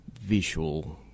visual